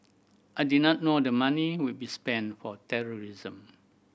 I did not know the money would be spent for terrorism